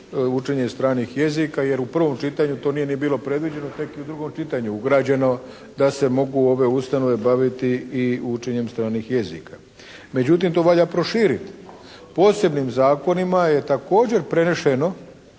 učenje stranih jezika, jer u prvom čitanju to nije bilo ni predviđeno, tek je u drugom čitanju ugrađeno da se mogu ove ustanove baviti i učenjem stranih jezika. Međutim to valja proširiti. Posebnim zakonima je također prenešeno